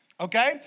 okay